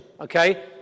okay